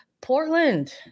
Portland